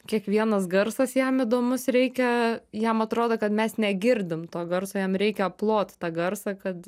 kiekvienas garsas jam įdomus reikia jam atrodo kad mes negirdim to garso jam reikia aplot tą garsą kad